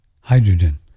hydrogen